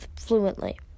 fluently